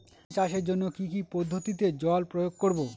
ধান চাষের জন্যে কি কী পদ্ধতিতে জল প্রয়োগ করব?